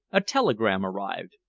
a telegram arrived.